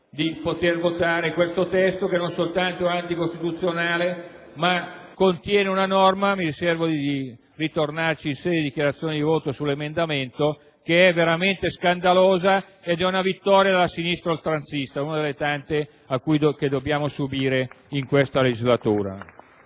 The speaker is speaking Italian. di poter votare un testo che non soltanto è anticostituzionale, ma contiene una norma - mi riservo di ritornarci in sede di dichiarazione di voto - veramente scandalosa, che è una vittoria della sinistra oltranzista, una delle tante che dobbiamo subire in questa legislatura.